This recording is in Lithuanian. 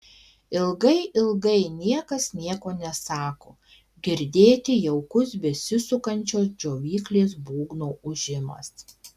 ilgai ilgai niekas nieko nesako girdėti jaukus besisukančio džiovyklės būgno ūžimas